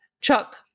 Chuck